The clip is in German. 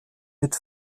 mit